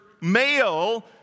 male